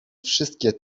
wszystkie